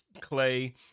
Clay